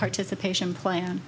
participation plan